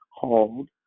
called